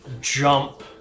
jump